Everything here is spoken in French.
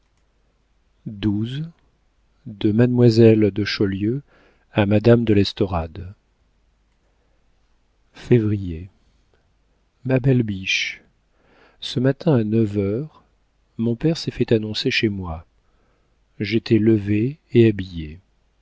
xii mademoiselle de chaulieu a madame de l'estorade février ma belle biche ce matin à neuf heures mon père s'est fait annoncer chez moi j'étais levée et habillée